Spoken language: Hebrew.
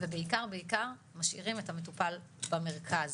ובעיקר בעיקר, משאירים את המטופל במרכז.